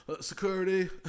Security